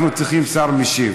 אנחנו צריכים שר משיב.